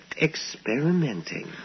experimenting